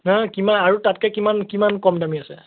নহয় কিমা আৰু তাতকৈ কিমান কিমান কম দামী আছে